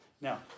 Now